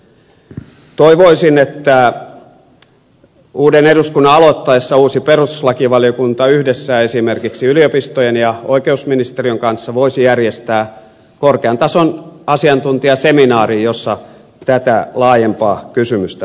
toivoisin että uuden eduskunnan aloittaessa uusi perustuslakivaliokunta yhdessä esimerkiksi yliopistojen ja oikeusministeriön kanssa voisi järjestää korkean tason asiantuntijaseminaarin jossa tätä laajempaa kysymystä pohdittaisiin